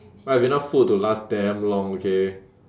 I have enough food to last damn long okay